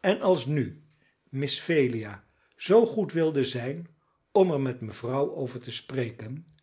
en als nu miss phelia zoo goed wilde zijn om er met mevrouw over te spreken